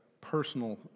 personal